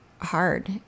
hard